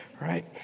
right